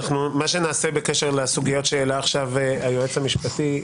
אני אומר מה שנעשה בקשר לסוגיות שהעלה עכשיו היועץ המשפטי.